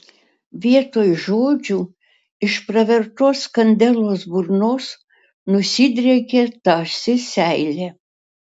vietoj žodžių iš pravertos kandelos burnos nusidriekė tąsi seilė